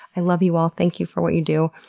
i love you all. thank you for what you do.